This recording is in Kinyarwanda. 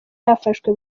bafashwe